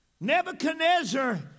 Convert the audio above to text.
Nebuchadnezzar